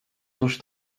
tuż